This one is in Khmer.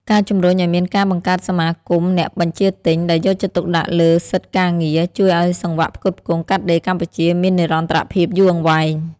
ការជំរុញឱ្យមានការបង្កើតសមាគមអ្នកបញ្ជាទិញ ដែលយកចិត្តទុកដាក់លើសិទ្ធិការងារ ជួយឱ្យសង្វាក់ផ្គត់ផ្គង់កាត់ដេរកម្ពុជាមាននិរន្តរភាពយូរអង្វែង។